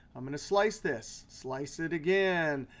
i'm going to slice this. slice it again.